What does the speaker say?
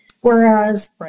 Whereas